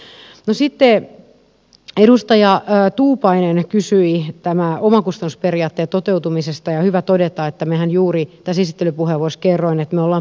no sitten edustaja tuupainen kysyi tämän omakustannusperiaatteen toteutumisesta ja on hyvä todeta että minähän juuri tässä esittelypuheenvuorossa kerroin että me olemme puuttuneet tähän